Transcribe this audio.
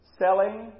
Selling